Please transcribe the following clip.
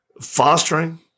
fostering